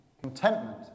Contentment